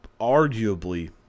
arguably